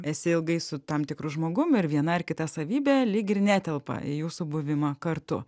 esi ilgai su tam tikru žmogum ir viena ar kita savybė lyg ir netelpa į jūsų buvimą kartu